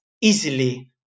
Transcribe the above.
easily